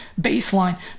baseline